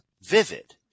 vivid